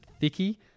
thicky